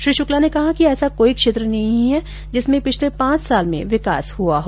श्री शुक्ला ने कहा कि ऐसा कोई क्षेत्र नहीं है जिसमें पिछले पांच साल में विकास हुआ हो